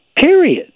Period